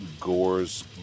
Gore's